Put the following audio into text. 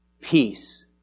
peace